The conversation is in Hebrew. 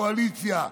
מהקואליציה,